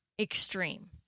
extreme